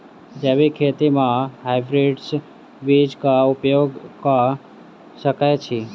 जैविक खेती म हायब्रिडस बीज कऽ उपयोग कऽ सकैय छी?